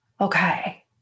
Okay